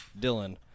Dylan